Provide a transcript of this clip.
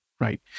Right